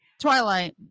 Twilight